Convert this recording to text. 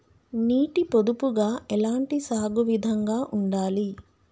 నీటి పొదుపుగా ఎలాంటి సాగు విధంగా ఉండాలి?